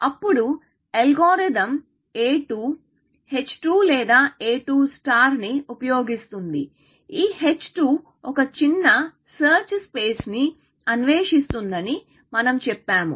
అప్పుడు algorithm A2 h2 లేదా A2 ని ఉపయోగిస్తుంది ఈ h2 ఒక చిన్న సెర్చ్ స్పేస్ ని అన్వేషిస్తుందని మనం చెప్పాము